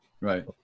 Right